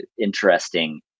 interesting